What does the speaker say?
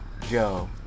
Joe